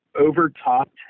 overtopped